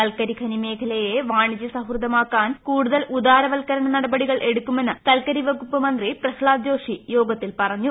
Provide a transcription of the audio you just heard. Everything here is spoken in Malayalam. കൽക്കരി ഖനി മേഖലയെ വാണിജ്യ സൌഹൃദമാക്കാൻ കൂടുതൽ ഉദാരവത്ക്കരണ നടപടികൾ എടുക്കുമെന്ന് കൽക്കരി വകുപ്പ് മന്ത്രി പ്രഹ്ഗാദ് ജോഷി യോഗത്തിൽ പറഞ്ഞു